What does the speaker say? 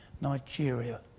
Nigeria